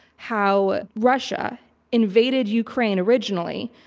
how russia invaded ukraine originally,